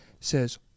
says